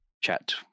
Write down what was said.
chat